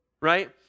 Right